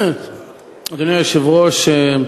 אדוני היושב-ראש,